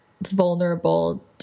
vulnerable